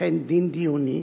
וכן דין דיוני,